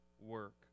work